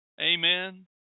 Amen